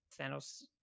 Thanos